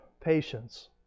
patience